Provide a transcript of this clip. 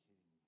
King